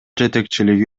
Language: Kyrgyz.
жетекчилиги